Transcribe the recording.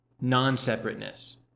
non-separateness